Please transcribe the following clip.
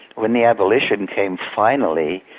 when the abolition came finally,